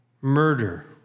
murder